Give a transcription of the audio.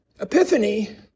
epiphany